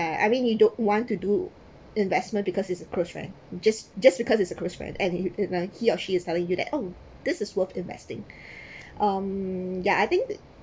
I mean you don't want to do investment because it's a close friend just just because it's a close friend and it it like he or she is telling you that oh this is worth investing um yeah I think that